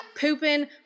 pooping